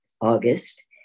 August